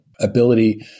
ability